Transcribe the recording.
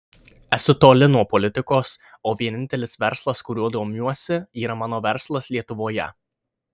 esu toli nuo politikos o vienintelis verslas kuriuo domiuosi yra mano verslas lietuvoje